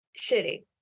shitty